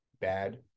bad